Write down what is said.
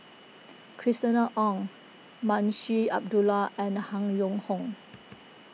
Christina Ong Munshi Abdullah and Han Yong Hong